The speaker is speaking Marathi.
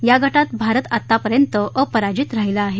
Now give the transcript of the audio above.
या गटात भारत आतापर्यंत अपराजित राहिला आहे